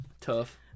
Tough